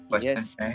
Yes